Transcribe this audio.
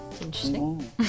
interesting